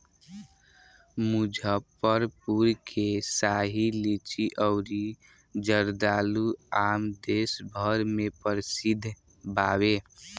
मुजफ्फरपुर के शाही लीची अउरी जर्दालू आम देस भर में प्रसिद्ध बावे